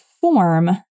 form